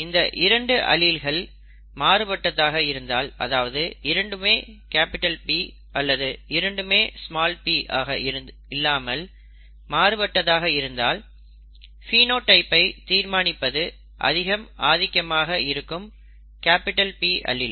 இந்த இரண்டு அலீல்ஸ் மாறுபட்டதாக இருந்தால் அதாவது இரண்டுமே P அல்லது இரண்டுமே p ஆக இல்லாமல் மாறுபட்டதாக இருந்தால் பினோடைப் ஐ தீர்மானிப்பது ஆதிக்கம் அதிகமாக இருக்கும் P அலீல்